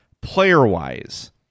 Player-wise